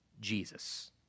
Jesus